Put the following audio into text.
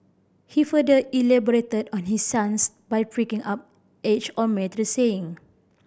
he further elaborated on his stance by breaking up age old marital saying